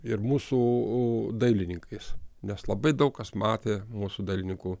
ir mūsų dailininkais nes labai daug kas matė mūsų dailininkų